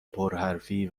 پرحرفی